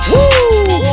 Woo